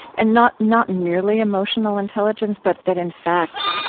and not not merely emotional intelligence, but that in fact,